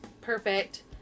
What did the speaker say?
perfect